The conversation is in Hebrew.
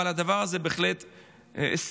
אבל הדבר הזה הוא בהחלט סטייה,